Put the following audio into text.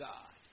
God